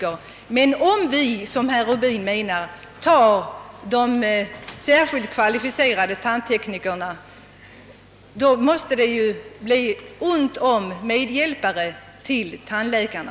Om vi därför, som herr Rubin menade, tar undan särskilt kvalificerade tandtekniker, måste det ju bli ont om medhjälpare till tandläkarna.